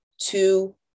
two